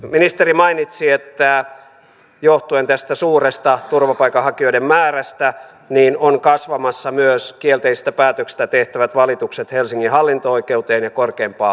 ministeri mainitsi että johtuen suuresta turvapaikanhakijoiden määrästä ovat kasvamassa myös kielteisistä päätöksistä tehtävät valitukset helsingin hallinto oikeuteen ja korkeimpaan hallinto oikeuteen